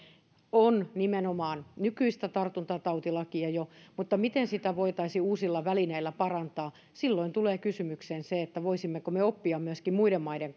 on nimenomaan jo nykyistä tartuntatautilakia mutta siinä miten sitä voitaisiin uusilla välineillä parantaa tulee kysymykseen se voisimmeko me oppia myöskin muiden maiden